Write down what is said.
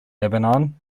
lebanon